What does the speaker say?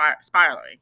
spiraling